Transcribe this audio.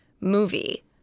movie